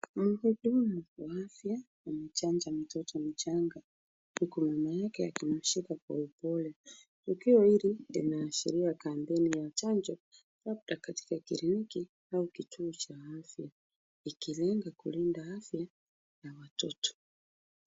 Mhudumu wa afya amechanja mtoto mchanga huku mama yake akimshika kwa upole. Tukio hili linaashiria kampeni ya chanjo labda katika kliniki au kituo cha afya. Ikilenga kulinda afya ya watoto.